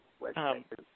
website